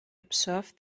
observe